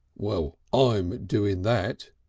well, i'm doing that,